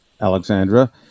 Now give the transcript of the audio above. Alexandra